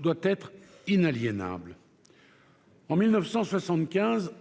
doit être inaliénable. En 1975,